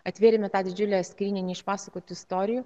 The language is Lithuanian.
atvėrėme tą didžiulę skrynią neišpasakotų istorijų